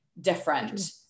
different